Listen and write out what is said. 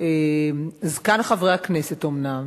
זקן חברי הכנסת, אומנם